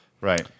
Right